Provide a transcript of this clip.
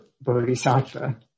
bodhisattva